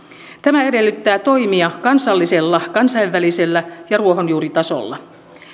tämä edellyttää toimia kansallisella kansainvälisellä ja ruohonjuuritasolla